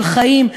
של חיים,